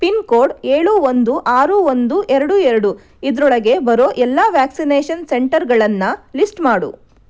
pin code ಏಳು ಒಂದು ಆರು ಒಂದು ಎರಡು ಎರಡು ಇದರೊಳಗೆ ಬರೋ ಎಲ್ಲ ವ್ಯಾಕ್ಸಿನೇಷನ್ ಸೆಂಟರ್ಗಳನ್ನು ಲಿಸ್ಟ್ ಮಾಡು